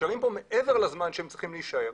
נשארים פה מעבר לזמן שהם צריכים להישאר.